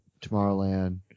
Tomorrowland